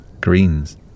greens